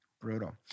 brutal